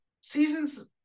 seasons